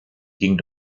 ging